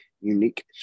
unique